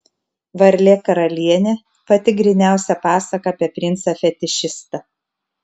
varlė karalienė pati gryniausia pasaka apie princą fetišistą